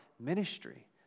ministry